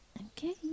Okay